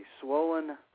swollen